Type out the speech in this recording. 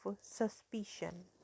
suspicion